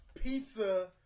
pizza